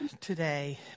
today